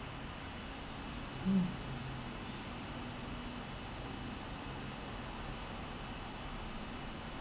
mm